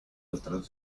otras